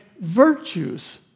virtues